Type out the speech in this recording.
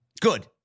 Good